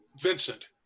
vincent